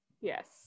Yes